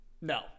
No